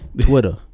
Twitter